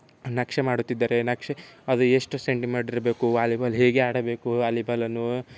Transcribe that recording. ನಕ್ಷೆ ಮಾಡುತ್ತಿದ್ದಾರೆ ನಕ್ಷೆ ಅದು ಎಷ್ಟು ಸೆಂಟಿಮೀಟರ್ ಇರಬೇಕು ವಾಲಿಬಾಲ್ ಹೇಗೆ ಆಡಬೇಕು ವಾಲಿಬಾಲನ್ನು